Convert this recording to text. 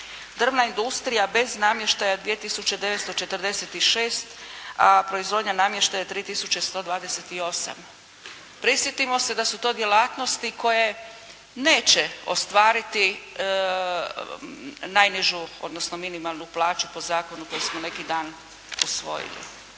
Drvna industrija bez namještaja 2 tisuće 946, a proizvodnja namještaja 3 tisuće 128. Prisjetimo se da su to djelatnosti koje neće ostvariti najnižu odnosno minimalnu plaću po zakonu koji smo neki dan usvojili.